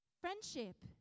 Friendship